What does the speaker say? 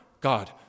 God